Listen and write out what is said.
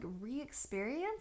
re-experience